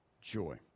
joy